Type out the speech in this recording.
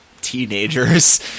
teenagers